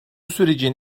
sürecin